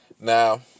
Now